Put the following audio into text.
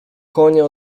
konie